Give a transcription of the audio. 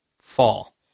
fall